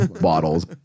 Bottles